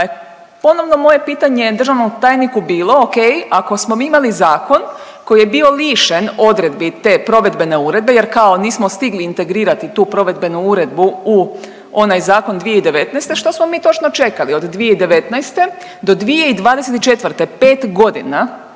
ponovno moje pitanje državnom tajniku bilo, ok, ako smo mi imali zakon koji je bio lišen odredbi te provedbene uredbe jer kao nismo stigli integrirati tu provedbenu uredbu u onaj zakon 2019., što smo mi točno čekali od 2019. do 2024., 5 godina,